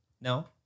No